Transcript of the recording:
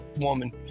woman